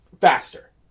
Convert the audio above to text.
faster